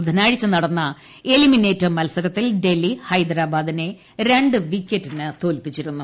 ബുധനാഴ്ച നടന്ന എലിമിനേറ്റർ മത്സരത്തിൽ ഡൽഹി ഹൈദരാബാദിനെ രണ്ട് വിക്കറ്റിന് തോൽപ്പിച്ചിരുന്നു